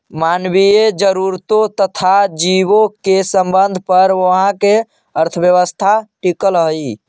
मानवीय जरूरतों तथा जीवों के संबंधों पर उहाँ के अर्थव्यवस्था टिकल हई